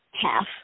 half